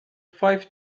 five